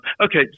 Okay